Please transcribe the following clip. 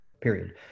period